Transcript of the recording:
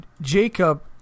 Jacob